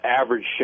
average